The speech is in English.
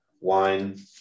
wine